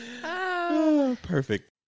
perfect